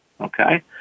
Okay